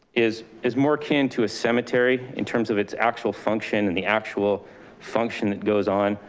is is more akin to a cemetery in terms of its actual function and the actual function that goes on.